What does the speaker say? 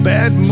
Bad